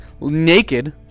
naked